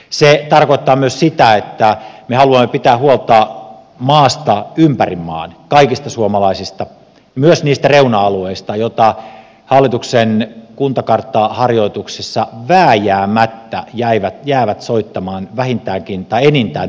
se tarkoittaa myös sitä että me haluamme pitää huolta maasta ympäri maan kaikista suomalaisista myös niistä reuna alueista jotka hallituksen kuntakarttaharjoituksissa vääjäämättä jäävät soittamaan enintään toista viulua